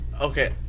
okay